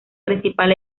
principal